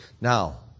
Now